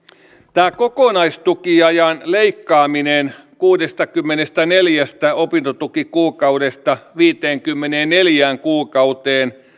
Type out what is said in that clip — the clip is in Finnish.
tämä kokonaistukiajan leikkaaminen kuudestakymmenestäneljästä opintotukikuukaudesta viiteenkymmeneenneljään kuukauteen